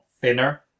thinner